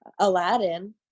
Aladdin